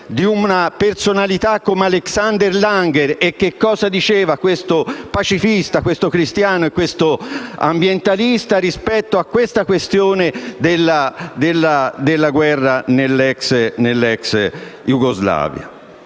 di una personalità come Alexander Langer. Che cosa diceva questo pacifista, cristiano e ambientalista rispetto alla questione della guerra nell'ex Jugoslavia?